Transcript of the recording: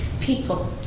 people